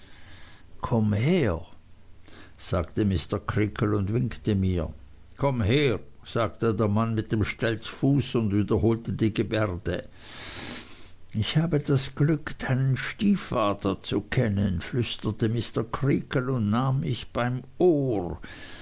komm her sagte mr creakle und winkte mir komm her sagte der mann mit dem stelzfuß und wiederholte die geberde ich habe das glück deinen stiefvater zu kennen flüsterte mr creakle und nahm mich beim ohr